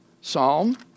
Psalm